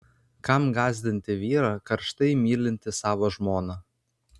kam gąsdinti vyrą karštai mylintį savo žmoną